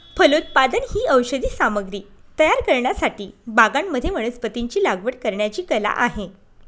फलोत्पादन ही औषधी सामग्री तयार करण्यासाठी बागांमध्ये वनस्पतींची लागवड करण्याची कला आहे